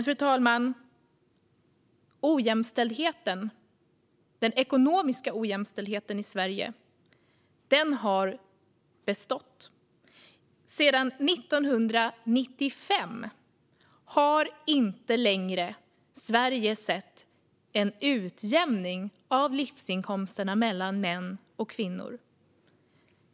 Fru talman! Den ekonomiska ojämställdheten i Sverige består dock. Sedan 1995 har det inte skett någon utjämning av livsinkomsterna mellan män och kvinnor.